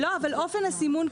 אבל אופן הסימון,